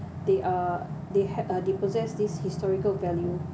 they are they had uh they possess this historical value